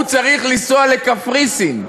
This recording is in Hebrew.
הוא צריך לנסוע לקפריסין.